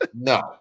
no